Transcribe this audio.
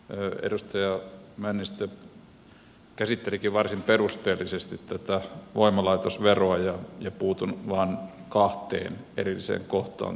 edustaja männistö käsittelikin varsin perusteellisesti tätä voimalaitosveroa ja puutun vain kahteen erilliseen kohtaan tiiviisti